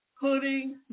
Putting